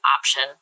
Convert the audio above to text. option